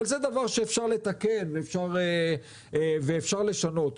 אבל זה דבר שאפשר לתקן ואפשר לשנות.